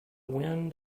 wind